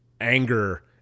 anger